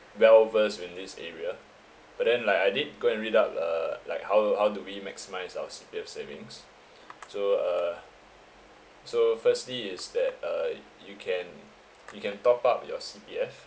well versed in this area but then like I did go and read up uh like how how do we maximise our C_P_F savings so uh so firstly is that uh you can you can top up your C_P_F